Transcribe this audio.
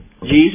Jesus